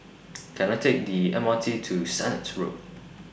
Can I Take The M R T to Sennett Road